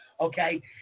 okay